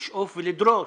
לשאוף ולדרוש